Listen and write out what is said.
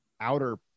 outer